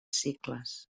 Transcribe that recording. cicles